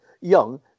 young